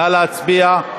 נא להצביע.